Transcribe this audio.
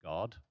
God